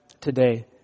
today